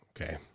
Okay